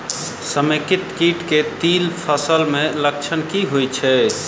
समेकित कीट केँ तिल फसल मे लक्षण की होइ छै?